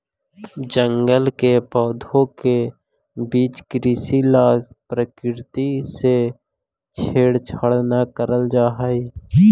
जंगल के पौधों के बीच कृषि ला प्रकृति से छेड़छाड़ न करल जा हई